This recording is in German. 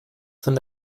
von